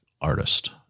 artist